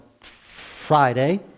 Friday